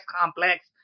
complex